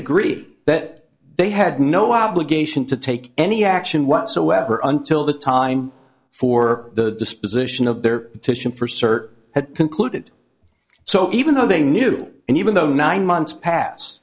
agree that they had no obligation to take any action whatsoever until the time for the disposition of their titian for cert had concluded so even though they knew and even though nine months pass